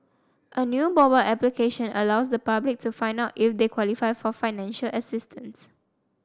a new mobile application allows the public to find out if they qualify for financial assistance